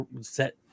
set